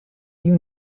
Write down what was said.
you